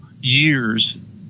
years